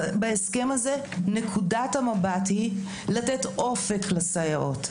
בהסכם הזה נקודת המבט היא לתת אופק לסייעות.